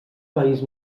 país